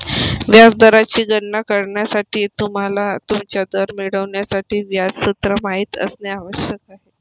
व्याज दराची गणना करण्यासाठी, तुम्हाला तुमचा दर मिळवण्यासाठी व्याज सूत्र माहित असणे आवश्यक आहे